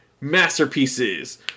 masterpieces